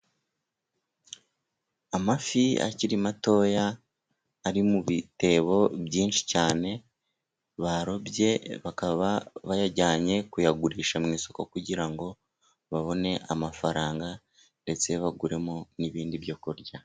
Amafi akiri matoya ari mu bitebo byinshi cyane, barobye bakaba bayajyanye kuyagurisha mu isoko kugira ngo babone amafaranga, ndetse baguremo n'ibindi byo kurya.